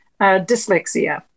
dyslexia